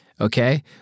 Okay